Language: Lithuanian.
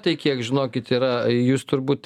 tai kiek žinokit yra jūs turbūt